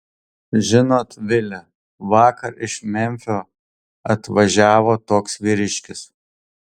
žinot vile vakar iš memfio atvažiavo toks vyriškis